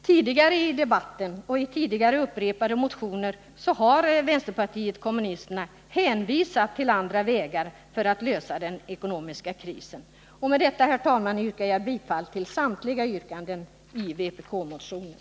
Tidigare i debatten och i upprepade motioner har vänsterpartiet kommunisterna anvisat andra vägar för att lösa den ekonomiska krisen. Med detta, herr talman, yrkar jag bifall till samtliga yrkanden i vpk-motionen.